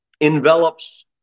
envelops